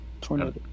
tornado